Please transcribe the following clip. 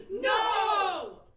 No